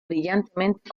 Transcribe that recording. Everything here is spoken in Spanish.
brillantemente